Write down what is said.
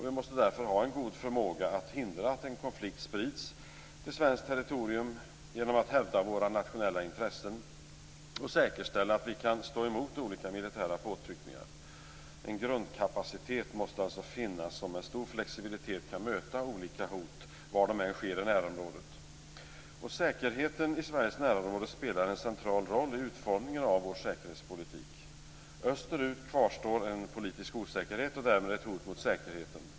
Vi måste därför ha en god förmåga att hindra att en konflikt sprids till svenskt territorium genom att hävda våra nationella intressen och säkerställa att vi kan stå emot olika militära påtryckningar. En grundkapacitet måste alltså finnas som med stor flexibilitet kan möta olika hot var de än sker i närområdet. Säkerheten i Sveriges närområde spelar en central roll vid utformningen av vår säkerhetspolitik. Österut kvarstår en politisk osäkerhet och därmed ett hot mot säkerheten.